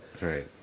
right